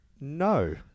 No